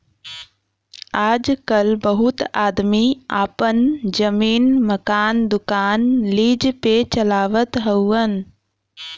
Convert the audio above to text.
आजकल बहुत आदमी आपन जमीन, मकान, दुकान लीज पे चलावत हउअन